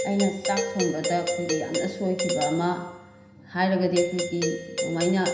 ꯑꯩꯅ ꯆꯥꯛ ꯊꯣꯡꯕꯗ ꯑꯩꯈꯣꯏꯒꯤ ꯌꯥꯝꯅ ꯁꯣꯏꯈꯤꯕ ꯑꯃ ꯍꯥꯏꯔꯒꯗꯤ ꯑꯩꯈꯣꯏꯒꯤ ꯑꯃꯥꯏꯅ